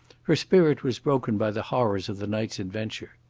her spirit was broken by the horrors of the night's adventure.